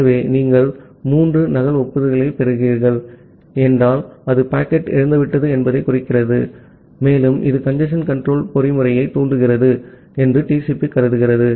ஆகவே நீங்கள் மூன்று நகல் ஒப்புதல்களைப் பெறுகிறீர்கள் என்றால் அது பாக்கெட் இழந்துவிட்டது என்பதைக் குறிக்கிறது மேலும் இது கஞ்சேஸ்ன் கன்ட்ரோல் பொறிமுறையைத் தூண்டுகிறது என்று TCP கருதுகிறது